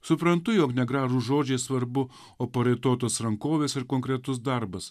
suprantu jog ne gražūs žodžiai svarbu o paraitotos rankovės ir konkretus darbas